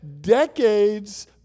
decades